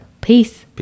Peace